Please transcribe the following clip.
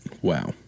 Wow